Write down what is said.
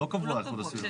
הוא לא קבוע איכות הסביבה.